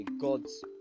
God's